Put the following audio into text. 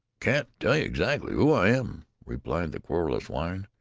can't tell you exactly who i am, replied the querulous whine,